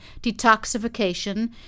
detoxification